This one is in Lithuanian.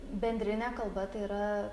bendrinė kalba tai yra